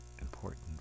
important